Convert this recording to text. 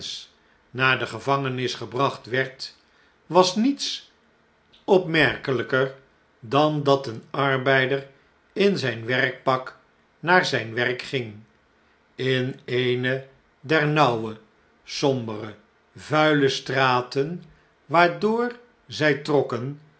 naar de gevangenis gebracht werd was niets opmerkelijker dan dat een arbeider in zgn werkpak naar zijn werk ging in eene der nauwe sombere vu'ile straten waardoor zjj trokken